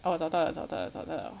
orh 我找到 liao 找到 liao 找到 liao